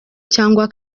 cyangwa